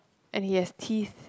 and he has teased